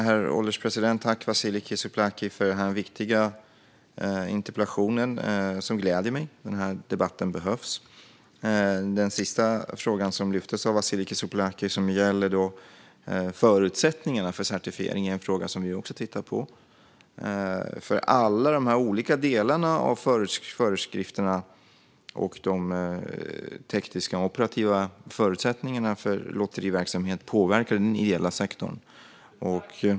Herr ålderspresident! Jag vill tacka Vasiliki Tsouplaki för den här viktiga interpellationen. Den gläder mig. Den här debatten behövs. Vasiliki Tsouplakis sista fråga gällde förutsättningarna för certifiering. Det är en fråga som vi också tittar på. Alla de olika delarna av föreskrifterna och de tekniska och operativa förutsättningarna för lotteriverksamhet påverkar hela sektorn.